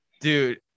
dude